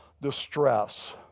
distress